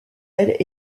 elles